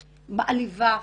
מעליבה,